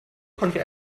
konnte